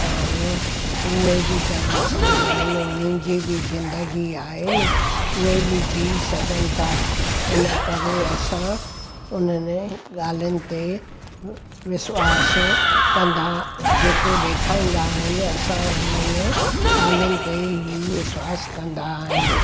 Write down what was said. ऐं उहे बि त इंसान आहिनि हुननि जी बि जिंदगी आहे नी उहे बि जी सघनि था हिन करे असां उन्हनि ॻाल्हिन ते विश्वासु कंदा जेको ॾेखारींदा आहिनि असां हुननि ॻाल्हिन ते ई विश्वासु कंदा आहियूं